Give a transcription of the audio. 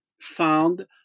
found